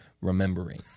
remembering